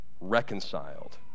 reconciled